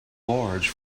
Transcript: large